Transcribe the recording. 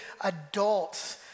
adults